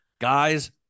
Guys